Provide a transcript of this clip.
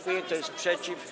Kto jest przeciw?